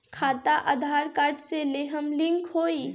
खाता आधार कार्ड से लेहम लिंक होई?